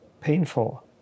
painful